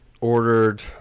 ordered